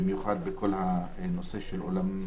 מיוחד בכל הנושא של אולמות